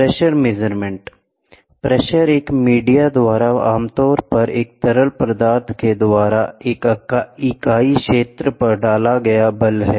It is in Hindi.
प्रेशर मेजरमेंट प्रेशर एक मीडिया द्वारा आमतौर पर एक तरल पदार्थ के द्वारा एक इकाई क्षेत्र पर डाला गया बल है